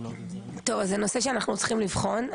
זה נושא שאנחנו צריכים לבחון.